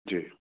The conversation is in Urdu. جی